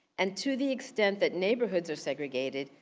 and to the extent that neighborhoods are segregated,